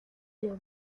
los